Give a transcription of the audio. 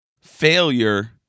failure